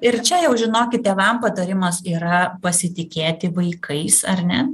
ir čia jau žinokit tėvam patarimas yra pasitikėti vaikais ar ne